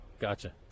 Gotcha